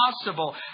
possible